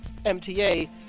MTA